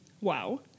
Wow